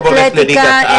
אתלטיקה,